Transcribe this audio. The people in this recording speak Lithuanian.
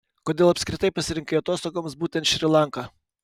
kodėl apskritai pasirinkai atostogoms būtent šri lanką